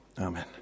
amen